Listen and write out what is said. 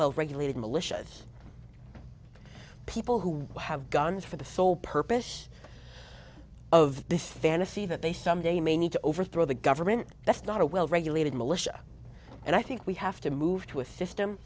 well regulated militias people who have guns for the sole purpose of this fantasy that they someday may need to overthrow the government that's not a well regulated militia and i think we have to move to a